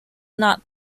not